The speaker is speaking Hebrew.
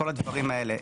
כל הדברים האלה.